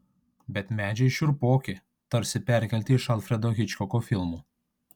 bet medžiai šiurpoki tarsi perkelti iš alfredo hičkoko filmų